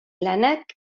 lanak